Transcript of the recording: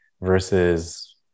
versus